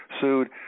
sued